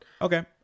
Okay